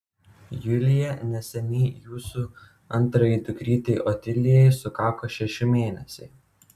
julija neseniai jūsų antrajai dukrytei otilijai sukako šeši mėnesiai